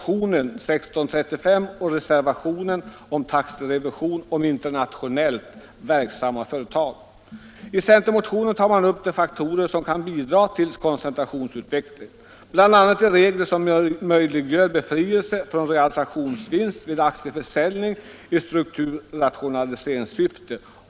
I centermotionen tar man upp de faktorer som kan bidra till koncentrationsutvecklingen, bl.a. de regler som möjliggör befrielse från realisationsvinst vid aktieförsäljning i strukturrationaliseringssyfte.